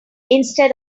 instead